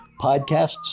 podcasts